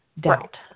doubt